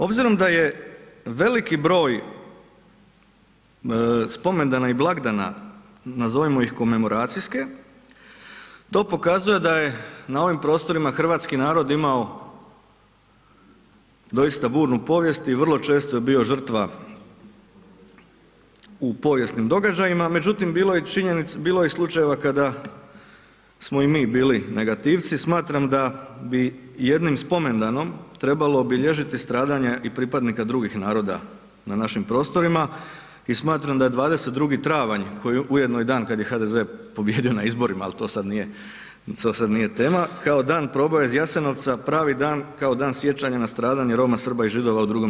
Obzirom da je veliki broj spomendana i blagdana, nazovimo ih komemoracijske, to pokazuje da je na ovim prostorima hrvatski narod imao doista burnu povijest i vrlo često je bio žrtva u povijesnim događajima, međutim bilo je slučajeva kada smo i mi bili negativci, smatram da bi jednim spomendanom trebalo obilježiti stradanje i pripadnika drugih naroda na našim prostorima i smatram da 22. travnja koji je ujedno i dan kada je HDZ pobijedio na izborima ali to sad nije tema, kao dan proboja iz Jasenovca, pravi dan kao Dan sjećanja na stradanje Roma, Srba i Židova u II.